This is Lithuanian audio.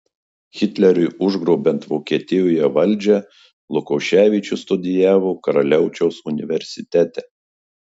hitleriui užgrobiant vokietijoje valdžią lukoševičius studijavo karaliaučiaus universitete